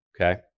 Okay